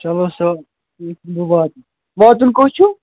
چلو سر واتُن کوٚت چھُو